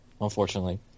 unfortunately